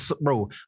Bro